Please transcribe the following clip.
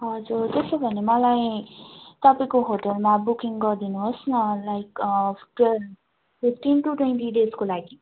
हजुर त्यसो भने मलाई तपाईँको होटेलमा बुकिङ गरिदिनुहोस् न like twelve fifteen to twenty डेसको लागि